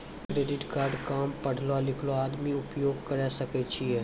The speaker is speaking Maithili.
क्रेडिट कार्ड काम पढलो लिखलो आदमी उपयोग करे सकय छै?